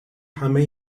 همه